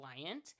client